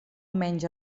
menys